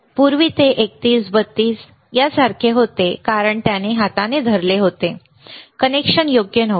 पूर्वी ते 31 32 सारखे होते कारण त्याने हाताने धरले होते कनेक्शन योग्य नव्हते